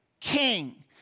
King